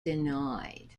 denied